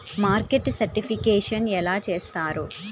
Market certification ఎలా చేస్తారు?